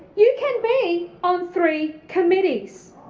you can be on three committees,